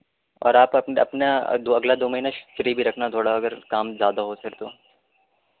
اور آپ اپنا اپنا دو اگلا دو مہینہ فری بھی رکھنا تھوڑا اگر کام زیادہ ہو پھر تو